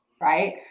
right